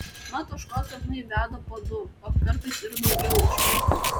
mat ožkos dažnai veda po du o kartais ir daugiau ožkiukų